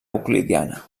euclidiana